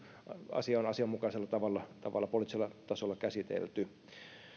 asia on asianmukaisella tavalla tavalla poliittisella tasolla käsitelty